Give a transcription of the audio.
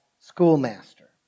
schoolmaster